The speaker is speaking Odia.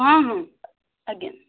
ହଁ ହଁ ଆଜ୍ଞା